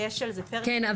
כן,